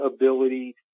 ability